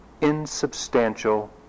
insubstantial